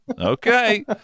Okay